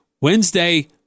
Wednesday